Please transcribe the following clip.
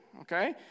okay